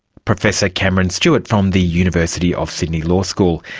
professor cameron stewart from the university of sydney law school.